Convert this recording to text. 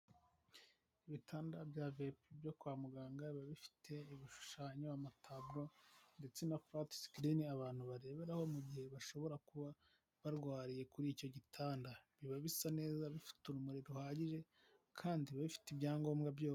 Ibitanda byo kwa muganga biba bifite ibishushanyo, amataburo ndetse na farati sikirini abantu bareberaho mu gihe bashobora kuba barwariye kuri icyo gitanda biba bisa neza bifite urumuri ruhagije kandi bifite ibyangombwa byose.